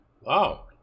Wow